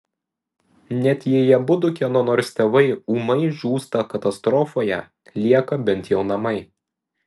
net jei abudu kieno nors tėvai ūmai žūsta katastrofoje lieka bent jau namai